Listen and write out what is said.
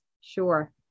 sure